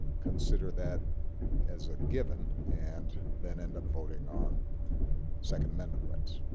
consider that as a given and then end up voting on second amendment rights.